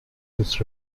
this